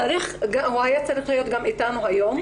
הוא היה צריך להיות גם איתנו היום.